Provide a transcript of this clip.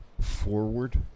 forward